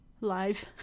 live